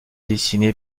dessiné